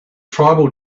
tribal